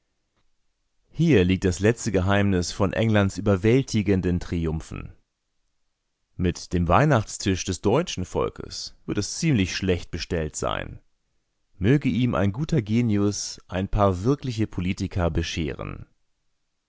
hier liegt das letzte geheimnis von englands überwältigenden triumphen mit dem weihnachtstisch des deutschen volkes wird es ziemlich schlecht bestellt sein möge ihm ein guter genius ein paar wirkliche politiker bescheren